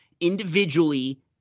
individually